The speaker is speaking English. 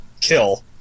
Kill